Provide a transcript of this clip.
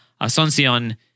Asuncion